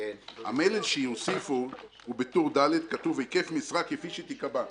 המלל שיוסיפו בטור ד' כתוב: היקף משרה כפי שייקבע.